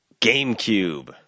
GameCube